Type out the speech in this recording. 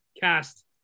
cast